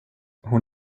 hon